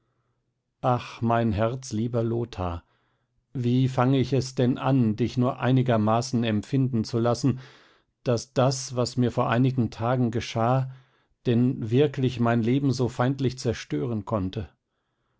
ach mein herzlieber lothar wie fange ich es denn an dich nur einigermaßen empfinden zu lassen daß das was mir vor einigen tagen geschah denn wirklich mein leben so feindlich zerstören konnte